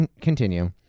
Continue